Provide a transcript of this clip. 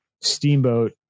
Steamboat